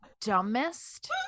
dumbest